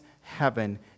heaven